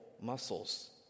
muscles